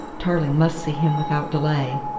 tarling must see him without delay.